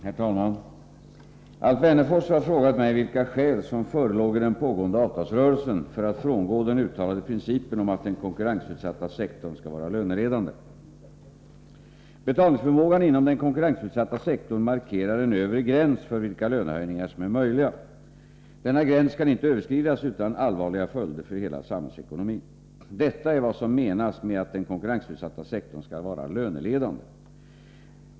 Herr talman! Alf Wennerfors har frågat mig vilka skäl som förelåg i den pågående avtalsrörelsen för att frångå den uttalade principen om att den konkurrensutsatta sektorn skall vara löneledande. Betalningsförmågan inom den konkurrensutsatta sektorn markerar en övre gräns för vilka löneökningar som är möjliga. Denna gräns kan inte överskridas utan allvarliga följder för hela samhällsekonomin. Detta är vad som menas med att den konkurrensutsatta sektorn skall vara löneledande.